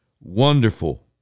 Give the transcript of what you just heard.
wonderful